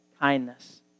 kindness